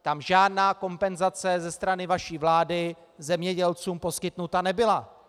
Tam žádná kompenzace ze strany vaší vlády zemědělcům poskytnuta nebyla.